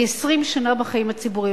אני 20 שנה בחיים הציבוריים,